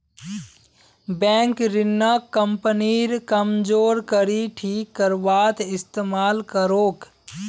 bank ऋणक कंपनीर कमजोर कड़ी ठीक करवात इस्तमाल करोक